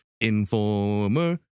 Informer